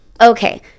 Okay